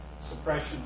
suppression